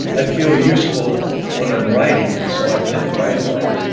i feel useful when i'm writing and so i tend to write a lot.